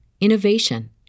innovation